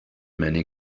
many